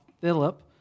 Philip